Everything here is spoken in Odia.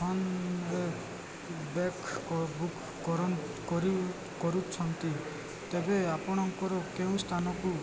ଫୋନ୍ ବ୍ୟାଗ୍ ବୁକ୍ କରୁଛନ୍ତି ତେବେ ଆପଣଙ୍କର କେଉଁ ସ୍ଥାନକୁ